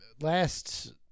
last